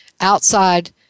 outside